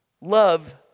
Love